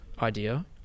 Idea